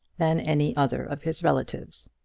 than any other of his relatives.